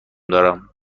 دارم